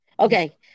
Okay